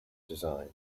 design